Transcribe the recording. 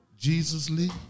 Jesusly